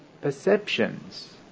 perceptions